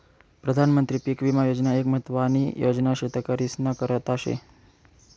प्रधानमंत्री पीक विमा योजना एक महत्वानी योजना शेतकरीस्ना करता शे